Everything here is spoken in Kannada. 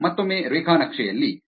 ಮತ್ತೊಮ್ಮೆ ರೇಖಾ ನಕ್ಷೆಯಲ್ಲಿ 103